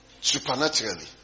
supernaturally